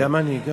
גם אני.